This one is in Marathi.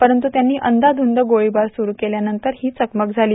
परंतु त्यांनी अंदाधुंद गोळीबार सुरू केल्यानंतर ही चकमक झाली